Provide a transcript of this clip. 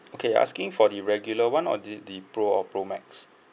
okay you're asking for the regular one or the the pro or pro max